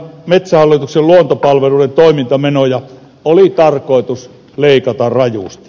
metsähallituksen luontopalveluiden toimintamenoja oli tarkoitus leikata rajusti